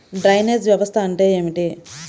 Drainage వ్యవస్థ అంటే ఏమిటి?